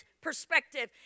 perspective